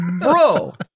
bro